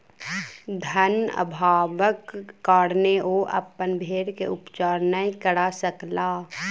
धन अभावक कारणेँ ओ अपन भेड़ के उपचार नै करा सकला